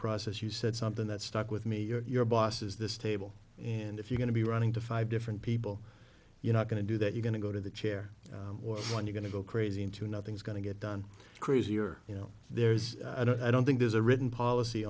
process you said something that stuck with me your bosses this table and if you're going to be running to five different people you're not going to do that you're going to go to the chair or one you going to go crazy into nothing's going to get done crazier you know there's i don't i don't think there's a written policy